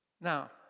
Now